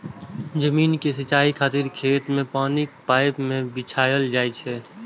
जमीन के सिंचाइ खातिर खेत मे पानिक पाइप कें बिछायल जाइ छै